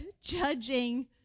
judging